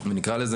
נקרא לזה,